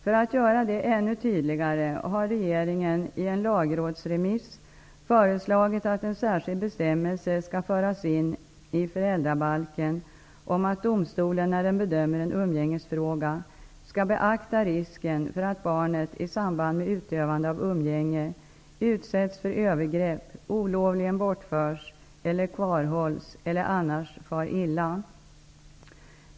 För att göra det ännu tydligare har regeringen i en lagrådsremiss föreslagit att en särskild bestämmelse skall föras in i föräldrabalken om att domstolen, när den bedömer en umgängesfråga, skall beakta risken för att barnet i samband med utövande av umgänge utsätts för övergrepp, olovligen bortförs eller kvarhålls eller annars far illa.